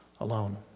alone